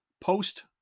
post